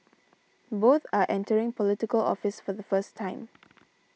both are entering Political Office for the first time